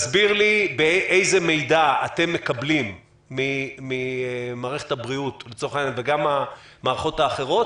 אז תסביר לי איזה מידע אתם מקבלים ממערכת הבריאות וגם מהמערכות האחרות,